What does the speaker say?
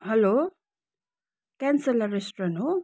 hello केनसेला restaurant हो